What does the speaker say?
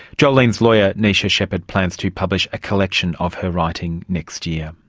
jolene's lawyer neisha shepherd plans to publish a collection of her writing next year.